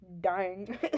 dying